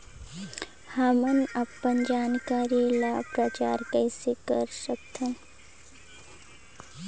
हमन अपन जानकारी ल प्रचार कइसे कर सकथन?